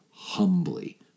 humbly